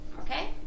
Okay